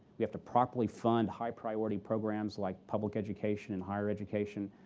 we have to properly fund high-priority programs like public education and higher education.